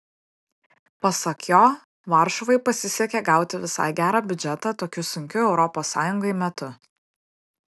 pasak jo varšuvai pasisekė gauti visai gerą biudžetą tokiu sunkiu europos sąjungai metu